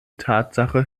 tatsache